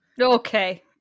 Okay